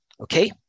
Okay